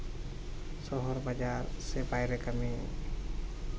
ᱥᱚᱦᱚᱨ ᱵᱟᱡᱟᱨ ᱥᱮ ᱵᱟᱭᱨᱮ ᱠᱟᱹᱢᱤ